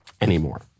anymore